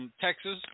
Texas